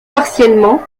partiellement